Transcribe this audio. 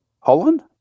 Holland